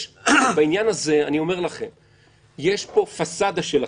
בעניין הזה יש פה פסאדה של הכנסת,